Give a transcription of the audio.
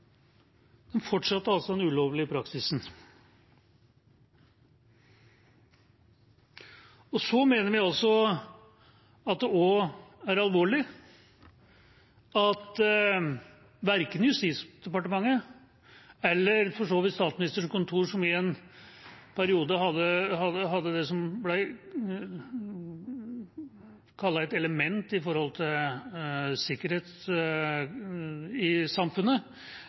fortsatte altså den ulovlige praksisen. Så mener vi at det også er alvorlig at verken Justisdepartementet eller for så vidt Statsministerens kontor – som i en periode hadde det som ble kalt et element med tanke på sikkerhet i samfunnet,